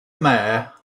mayor